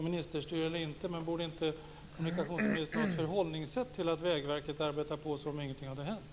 Ministerstyre eller inte: Borde inte kommunikationsministern ha ett förhållningssätt till att Vägverket arbetar på som om ingenting hade hänt?